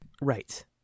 Right